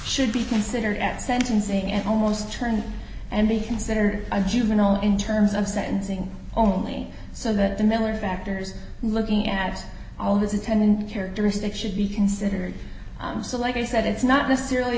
should be considered at sentencing and almost turned and be considered a juvenile in terms of sentencing only so that the miller factors looking at all this in ten characteristics should be considered i'm still like i said it's not necessarily